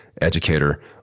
educator